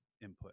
input